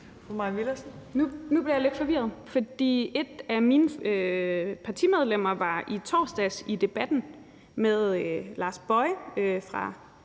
Nu bliver jeg lidt forvirret. For et af mine partimedlemmer var i torsdags i Debatten med hr. Lars